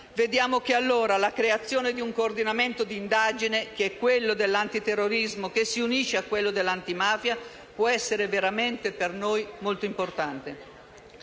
vediamo che, allora, la creazione di un coordinamento d'indagine - l'antiterrorismo che si unisce all'antimafia - può essere veramente per noi molto importante.